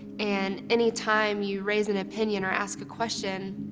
and anytime you raise an opinion or ask a question,